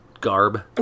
garb